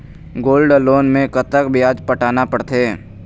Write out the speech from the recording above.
Gold loan मे कतका ब्याज पटाना पड़थे?